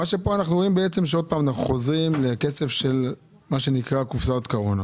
מה שפה אנחנו רואים בעצם שעוד פעם אנחנו חוזרים לכסף של קופסאות קורונה,